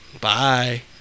Bye